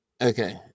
Okay